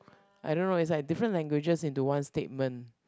I don't know is like difference languages into one statement